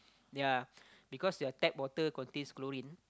ya because your tap water got taste chlorine